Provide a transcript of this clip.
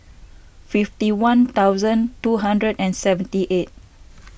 fifty one thousand two hundred and seventy eight